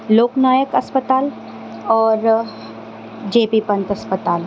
لوک نایک اسپتال اور جے بی پنت اسپتال